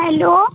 hello